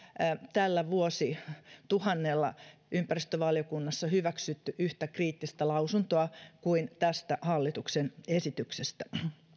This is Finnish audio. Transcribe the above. tällä vuosituhannella ympäristövaliokunnassa hyväksytty yhtä kriittistä lausuntoa kuin tästä hallituksen esityksestä